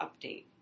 update